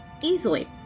Easily